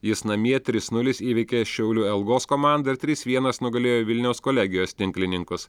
jis namie trys nulis įveikė šiaulių elgos komandą trys vienas nugalėjo vilniaus kolegijos tinklininkus